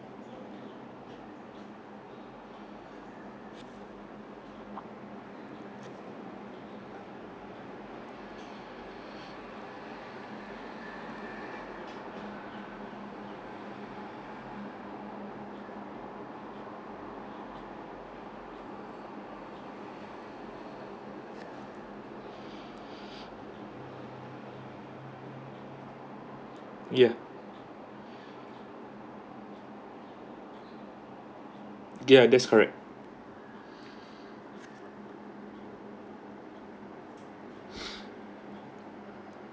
yeah yeah that's correct